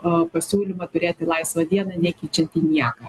pasiūlymą turėti laisvą dieną nekeičiantį nieko